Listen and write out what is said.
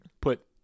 put